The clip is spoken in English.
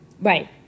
Right